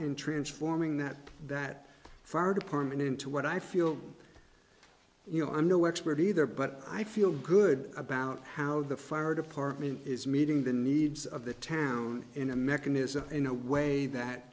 in transforming that that fire department into what i feel you know i'm no expert either but i feel good about how the fire department is meeting the needs of the town in a mechanism in a way that